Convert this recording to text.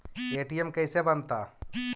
ATM कैसे बनता?